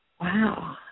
Wow